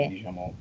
Diciamo